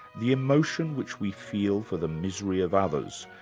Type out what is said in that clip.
the emotion which we feel for the misery of others,